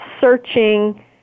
searching